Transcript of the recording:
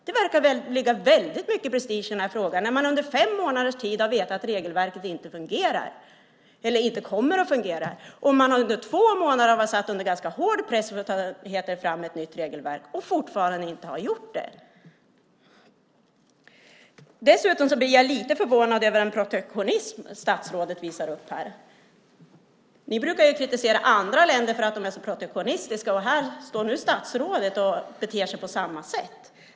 Det verkar ligga väldigt mycket prestige i den här frågan när man under fem månaders tid har vetat att regelverket inte kommer att fungera och under två månader varit satt under ganska hård press för att ta fram ett nytt regelverk och fortfarande inte har gjort det. Dessutom blir jag lite förvånad över den protektionism statsrådet visar här. Ni brukar kritisera andra länder för att de är så protektionistiska, och här står statsrådet och beter sig på samma sätt.